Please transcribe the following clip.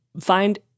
Find